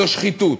זו שחיתות.